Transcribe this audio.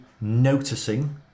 noticing